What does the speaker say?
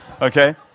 Okay